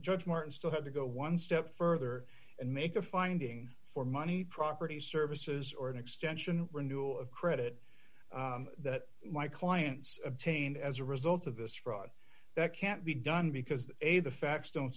judge martin still had to go one step further and make a finding for money property services or an extension renewal of credit that my clients obtained as a result of this fraud that can't be done because a the facts don't